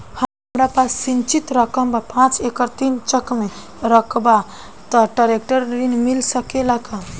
हमरा पास सिंचित रकबा पांच एकड़ तीन चक में रकबा बा त ट्रेक्टर ऋण मिल सकेला का?